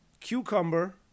Cucumber